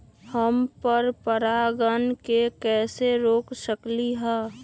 हम पर परागण के कैसे रोक सकली ह?